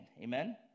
Amen